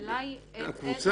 -- אלה